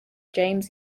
james